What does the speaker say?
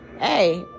hey